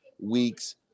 weeks